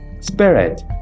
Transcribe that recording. spirit